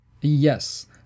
Yes